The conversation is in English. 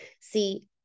See